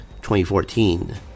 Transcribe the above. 2014